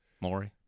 Maury